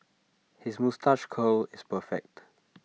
his moustache curl is perfect